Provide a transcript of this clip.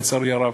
לצערי הרב.